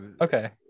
okay